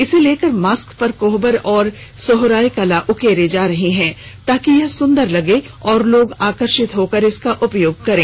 इसे लेकर मास्क पर कोहबर और सोहराय कला उकरे जा रहे हैं ताकि यह सुंदर लगे और लोग आकर्षित होकर इसका उपयोग करें